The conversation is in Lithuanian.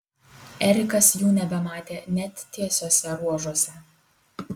erikas jų nebematė net tiesiuose ruožuose